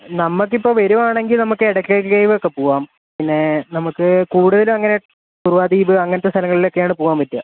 നമ്മൾക്കിപ്പം വരികയാണെങ്കിൽ നമ്മൾക്ക് ഇടക്കൽ കേവൊക്കെ പോവാം പിന്നെ നമുക്ക് കൂടുതലും അങ്ങനെ കുറുവ ദ്വീപ് അങ്ങനത്തെ സ്ഥലങ്ങളിലൊക്കെയാണ് പോകുവാൻ പറ്റുക